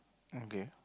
O K